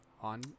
on